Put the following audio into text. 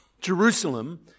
Jerusalem